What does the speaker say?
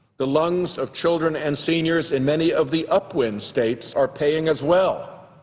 the lungs of children and seniors in many of the upwind states are paying as well.